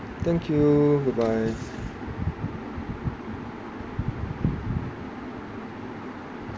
thank you goodbye